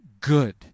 Good